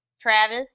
Travis